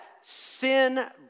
sin